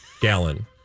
gallon